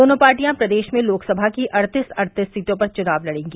दोनों पार्टियां प्रदेश में लोकसभा की अड़तीस अड़तीस सीटों पर चुनाव लड़ेगी